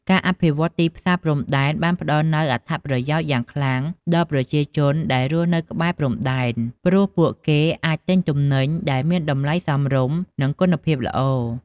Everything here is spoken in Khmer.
ការអភិវឌ្ឍទីផ្សារព្រំដែនបានផ្តល់នូវអត្ថប្រយោជន៍យ៉ាងខ្លាំងដល់ប្រជាជនដែលរស់នៅក្បែរព្រំដែន ព្រោះពួកគេអាចទិញទំនិញដែលមានតម្លៃសមរម្យនិងគុណភាពល្អ។